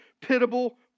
pitiable